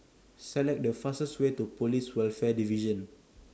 Select The fastest Way to Police Welfare Division